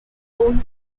own